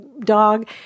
dog